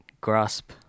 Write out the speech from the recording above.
grasp